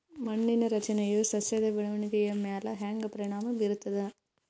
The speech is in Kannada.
ಮಣ್ಣಿನ ರಚನೆಯು ಸಸ್ಯದ ಬೆಳವಣಿಗೆಯ ಮ್ಯಾಲ ಹ್ಯಾಂಗ ಪರಿಣಾಮ ಬೀರ್ತದ?